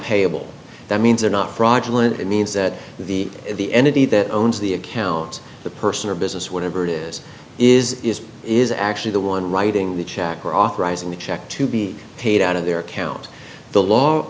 payable that means are not fraudulent it means that the the entity that owns the account the person or business whatever it is is is actually the one writing the check or authorizing the check to be paid out of their account the l